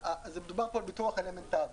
מדובר פה על ביטוח אלמנטרי.